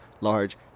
large